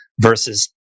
versus